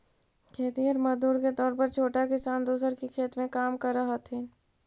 खेतिहर मजदूर के तौर पर छोटा किसान दूसर के खेत में काम करऽ हथिन